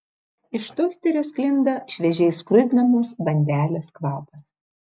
iš tosterio sklinda šviežiai skrudinamos bandelės kvapas